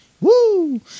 Woo